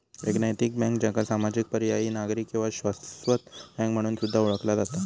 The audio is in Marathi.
एक नैतिक बँक, ज्याका सामाजिक, पर्यायी, नागरी किंवा शाश्वत बँक म्हणून सुद्धा ओळखला जाता